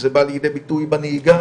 זה בא לידי ביטוי בנהיגה,